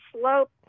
slope